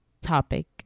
topic